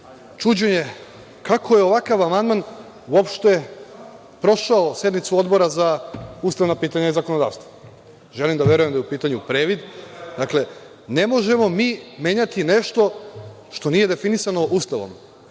čuđenje kako je ovakav amandman uopšte prošao sednicu Odbora za ustavna pitanja i zakonodavstvo. Želim da verujem da je u pitanju previd. Dakle, ne možemo mi menjati nešto što nije definisano Ustavom.